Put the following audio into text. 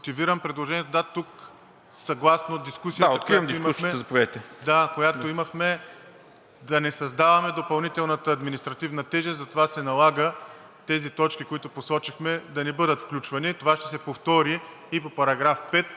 съгласно дискусията, която имахме, да не създаваме допълнителна административна тежест, затова се налага тези точки, които посочихме, да не бъдат включвани. Това ще се повтори и по § 5